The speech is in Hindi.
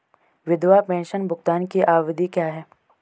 विधवा पेंशन भुगतान की अवधि क्या है?